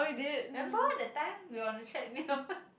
remember that time we were on the threadmill